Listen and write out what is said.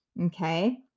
Okay